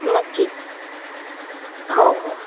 नक्कीच हो हो